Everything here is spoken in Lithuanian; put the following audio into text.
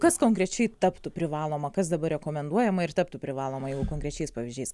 kas konkrečiai taptų privaloma kas dabar rekomenduojama ir taptų privaloma jau konkrečiais pavyzdžiais